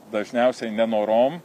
dažniausiai nenorom